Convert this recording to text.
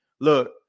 look